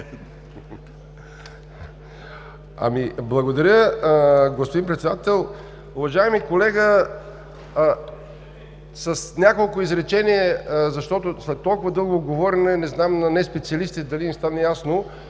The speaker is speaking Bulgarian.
Благодаря, господин Председател. Уважаеми колега, с няколко изречения, защото след толкова дълго говорене, не знам на неспециалистите дали им стана ясно